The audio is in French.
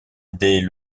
dès